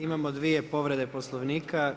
Imamo dvije povrede Poslovnika.